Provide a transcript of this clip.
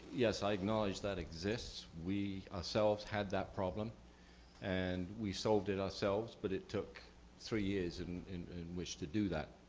yes, i acknowledge that exists. we ourselves had that problem and we solved it ourselves but it took three years and in in which to do that.